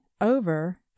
over